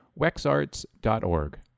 wexarts.org